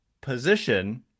position